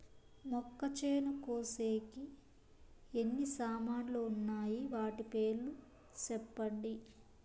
మొక్కచేను కోసేకి ఎన్ని సామాన్లు వున్నాయి? వాటి పేర్లు సెప్పండి?